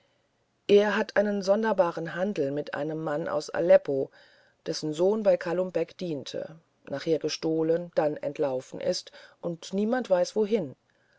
er der hat einen sonderbaren handel mit einem mann aus aleppo dessen sohn bei kalum beck diente nachher gestohlen hat dann entlaufen ist und niemand weiß wohin